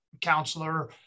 counselor